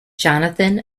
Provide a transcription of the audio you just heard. johnathan